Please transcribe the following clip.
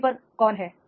sleeper कौन है